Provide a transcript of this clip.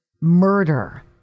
Murder